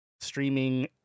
streaming